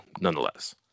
nonetheless